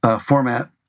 format